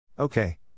Okay